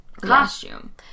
costume